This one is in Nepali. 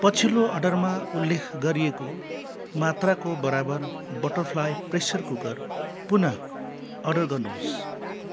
पछिल्लो अर्डरमा उल्लेख गरिएको मात्राको बराबर बटरफ्लाइ प्रेसर कुकर पुन अर्डर गर्नुहोस्